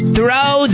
Throw